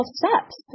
steps